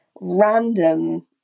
random